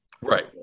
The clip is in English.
Right